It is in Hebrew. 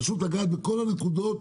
פשוט לגעת בכל הנקודות.